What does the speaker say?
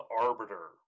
arbiter